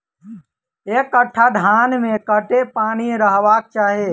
एक कट्ठा धान मे कत्ते पानि रहबाक चाहि?